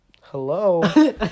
hello